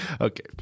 Okay